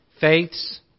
Faiths